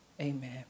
Amen